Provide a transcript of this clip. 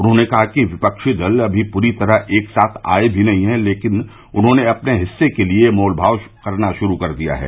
उन्होंने कहा कि विपक्षी दल अभी पूरी तरह एक साथ आए भी नहीं है लेकिन उन्होंने अपने हिस्से के लिए मोल भाव करना शुरू कर दिया है